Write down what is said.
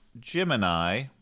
Gemini